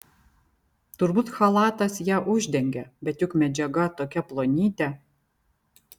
turbūt chalatas ją uždengė bet juk medžiaga tokia plonytė